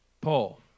Paul